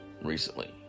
recently